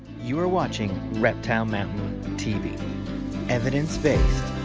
you are watching reptilemountain tv evidence-based,